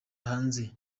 hanze